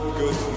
good